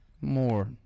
More